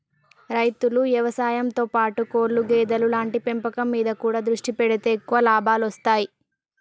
రైతులు వ్యవసాయం తో పాటు కోళ్లు గేదెలు లాంటి పెంపకం మీద కూడా దృష్టి పెడితే ఎక్కువ లాభాలొస్తాయ్